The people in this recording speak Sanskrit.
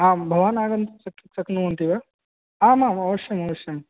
आं भवान् आगन्तुं शक् शक्नुवन्ति वा आम् आम् अवश्यम् अवश्यम्